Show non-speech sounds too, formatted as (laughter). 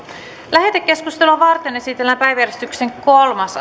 lähetekeskustelua varten esitellään päiväjärjestyksen kolmas (unintelligible)